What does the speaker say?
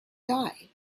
die